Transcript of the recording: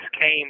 came